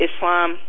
Islam